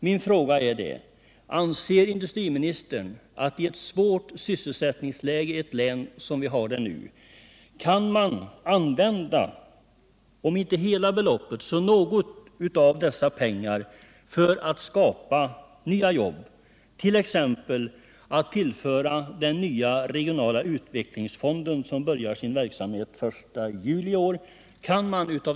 Min fråga är: Anser industriministern att man i ett svårt sysselsättningsläge i ett län kan använda, om inte hela beloppet så åtminstone någon del av dessa pengar för att skapa nya jobb, t.ex. genom att tillföra den nya regionala utvecklingsfonden, som skall börja sin verksamhet den 1 juli i år, de pengarna?